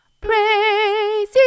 Praise